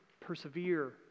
persevere